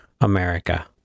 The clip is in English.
America